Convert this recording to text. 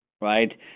Right